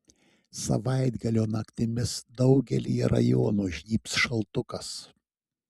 savaitgalio naktimis daugelyje rajonų žnybs šaltukas